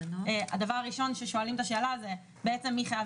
הדבר הראשון ששואלים את השאלה זה בעצם מי חייב